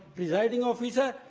presiding officer,